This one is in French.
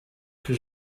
que